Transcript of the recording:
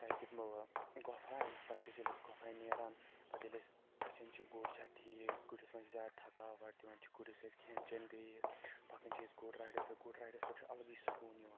تتہِ گۄپھایہِ پتہٕ ییٚلہِ أسۍ گۄپھایہِ نیرن پتہٕ ییٚلہِ أسۍ وٕچھان چھِ گُر چھےٚ ٹھیٖک گُرس مہ زیادٕ تھکاوٹ دِوان چھِ گُرِس أسۍ کھیٚن چیٚن بیٚیہِ پکان چھِ أسۍ گُرۍ رایڈس پٮ۪ٹھ گُری رایڈس پٮ۪ٹھ چھُ الگٕے سکوٗن یِوان